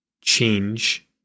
change